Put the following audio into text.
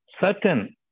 Certain